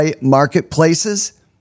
marketplaces